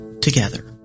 together